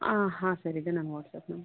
ಆಂ ಹಾಂ ಸರ್ ಇದು ನನ್ನ ವಾಟ್ಸಾಪ್ ನಂಬರ್